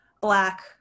Black